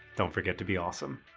don't forget to be awesome!